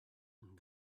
and